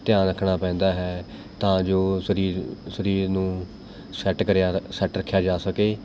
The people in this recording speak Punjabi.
ਧਿਆਨ ਰੱਖਣਾ ਪੈਂਦਾ ਹੈ ਤਾਂ ਜੋ ਸਰੀਰ ਸਰੀਰ ਨੂੰ ਸੈੱਟ ਕਰਿਆ ਸੈੱਟ ਰੱਖਿਆ ਜਾ ਸਕੇ